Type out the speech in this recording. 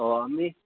অঁ আমি